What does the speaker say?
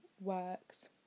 works